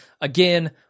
again